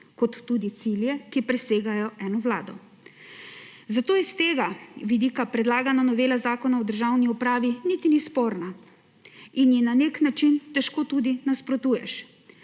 kot tudi cilje, ki presegajo eno vlado. Zato s tega vidika predlagana novela Zakona o državni upravi niti ni sporna in ji na nek način težko tudi nasprotuješ.